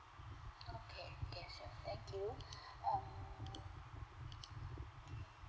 okay okay so thank you um